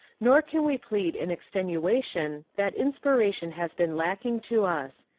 nor can we plead in extenuation that inspira tion has been lacking to us.